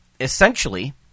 Essentially